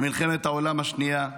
במלחמת העולם השנייה,